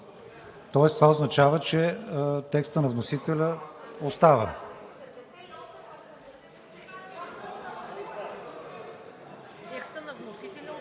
Това означава, че текстът на вносителя остава.